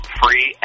free